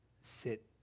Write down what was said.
sit